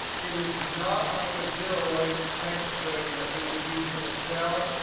it is not like a zero length text string that we would use in excel,